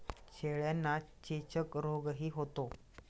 शेळ्यांना चेचक रोगही होतो